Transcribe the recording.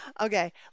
Okay